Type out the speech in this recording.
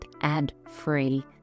ad-free